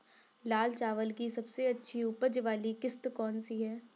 लाल चावल की सबसे अच्छी उपज वाली किश्त कौन सी है?